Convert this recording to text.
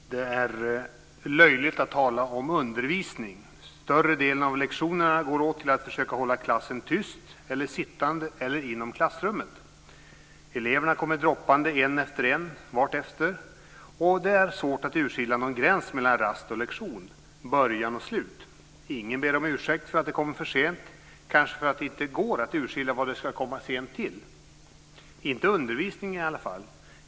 Fru talman! Det är löjligt att tala om undervisning. Större delen av lektionerna går åt till att försöka hålla klassen tyst eller sittande eller inom klassrummet. Eleverna kommer droppande en efter en vartefter, och det är svårt att urskilja någon gräns mellan rast och lektion, början och slut. Ingen ber om ursäkt för att de kommer för sent, kanske för att det inte går att urskilja vad det är de ska komma sent till, inte till undervisningen i alla fall.